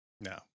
No